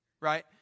right